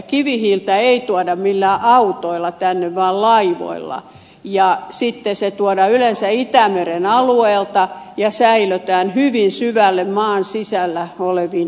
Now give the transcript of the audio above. kivihiiltä ei tuoda millään autoilla tänne vaan laivoilla ja sitten se tuodaan yleensä itämeren alueelta ja säilötään hyvin syvälle maan sisällä oleviin onkaloihin